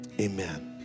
amen